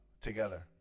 together